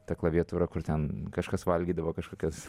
ta klaviatūra kur ten kažkas valgydavo kažkokias